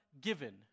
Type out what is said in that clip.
given